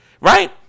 Right